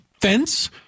fence